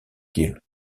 kiel